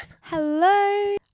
Hello